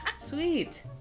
Sweet